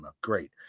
Great